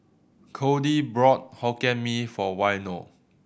Codie brought Hokkien Mee for Waino